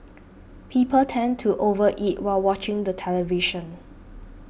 people tend to over eat while watching the television